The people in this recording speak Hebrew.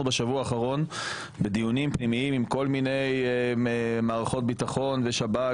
אנחנו בשבוע האחרון בדיונים פנימיים עם כל מיני מערכות ביטחון ושב"כ